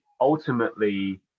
ultimately